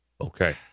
Okay